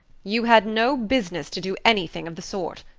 you had no business to do anything of the sort.